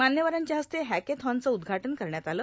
मान्यवरांच्या हस्ते हॅकेथॉनचं उदघाटन करण्यात आलं